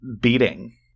beating